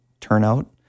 turnout